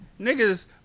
Niggas